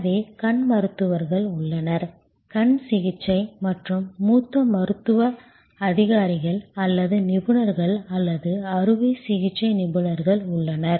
எனவே கண் மருத்துவர்கள் உள்ளனர் கண் சிகிச்சை மற்றும் மூத்த மருத்துவ அதிகாரிகள் அல்லது நிபுணர்கள் அல்லது அறுவை சிகிச்சை நிபுணர்கள் உள்ளனர்